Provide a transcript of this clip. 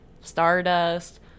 Stardust